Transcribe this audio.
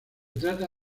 trata